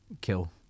kill